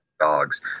dogs